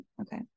okay